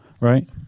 right